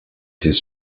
his